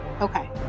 Okay